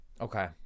Okay